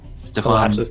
Stefan